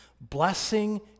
blessing